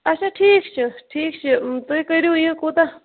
آچھا ٹھیٖک چھُ ٹھیٖکھ چھُ تُہۍ کرِو یہِ کوٗتاہ